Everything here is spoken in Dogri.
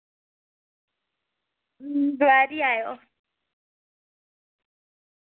अं दपैहरीं आयो